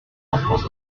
enfants